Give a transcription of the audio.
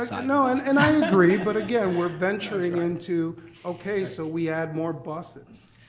i know and and i agree but again, we're venturing into okay, so we add more buses.